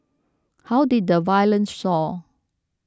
how did the violence soar